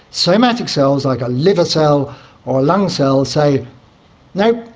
somatic cells, like a liver cell or a lung cell, say no,